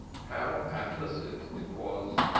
how apposite it was!